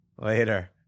later